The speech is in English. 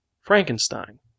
Frankenstein